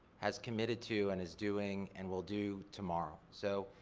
has committed to and is doing and will do tomorrow. so,